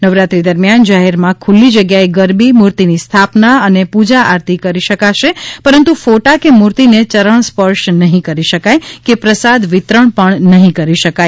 નવરાત્રી દરમ્યાન જાહેરમાં ખુલ્લી જગ્યાએ ગરબી મૂર્તિની સ્થાપના અને પૂજા આરતી કરી શકાશે પરંતુ ફોટા કે મૂર્તિને ચરણ સ્પર્શ નહીં કરી શકાય કે પ્રસાદ વિતરણ નહીં કરી શકાય